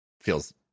feels